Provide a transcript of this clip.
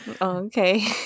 Okay